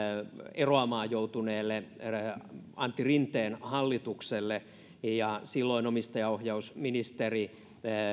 eroamaan joutuneelle antti rinteen hallitukselle ja silloin omistajaohjausministeri